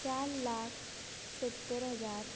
चार लाख सत्तर हजार